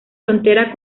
frontera